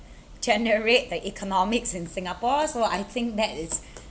generate the economics in singapore so I think that it's